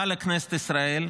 בא לכנסת ישראל,